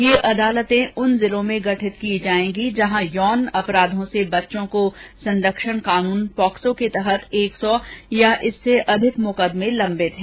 ये अदालते उन जिलों में गठित की जाएगी जहां यौन अपराधों से बच्चों को संरक्षण कानून पोक्सो के तहत एक सौ या इससे अधिक मुकदमे लंबित हैं